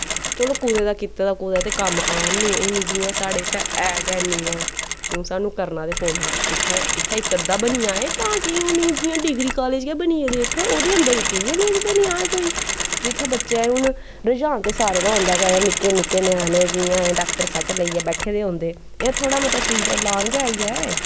चलो कुदै ता कीते दा कुतै ते कम्म आन नी हून साढ़ै इत्थैं है गै नी ऐ हून साह्नू करना ते पौना इत्थ इत्थै इक अध्दा बनी जाए तां की हून जियां डिगरी कालेज़ गै बनी गेदे इत्थें ओह्दे अन्दर इक गै लैव बनी जाए कोई जित्थैं बच्चैं हून रूझान ते सारें दा आंदा गै निक्के निक्के ञ्याणे जियां डाक्'टर सैट लेईयै बैठे दे होंदे इयां थोह्ड़ा मता सूई लान गै आई जाए